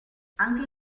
anche